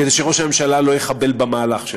כדי שראש הממשלה לא יחבל במהלך שלו.